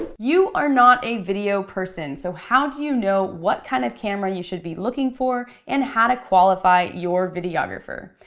ah you are not a video person, so how do you know what kind of camera you should be looking for, and how to qualify your videographer?